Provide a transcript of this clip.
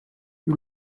you